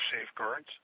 safeguards